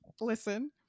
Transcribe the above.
Listen